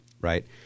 right